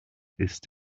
ist